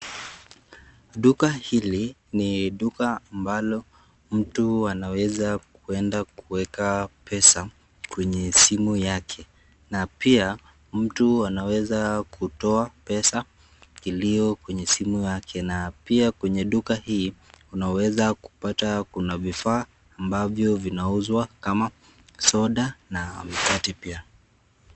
Duka hili ni duka ambalo mtu anaweza kuenda kuweka pesa kwenye simu yake. Na pia, mtu anaweza kutoa pesa iliyo kwenye simu yake. Na pia kwenye duka hii, unaweza kupata kuna vifaa ambavyo vinauzwa kama soda na mikate pia.